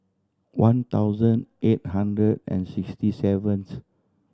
one thousand eight hundred and sixty seventh